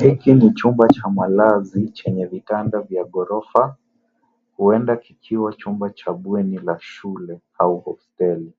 Hiki ni chumba cha malazi chenye vitanda vya ghorofa huenda kikiwa chumba cha bweni la shule au hosteli.